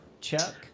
Chuck